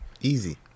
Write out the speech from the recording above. Easy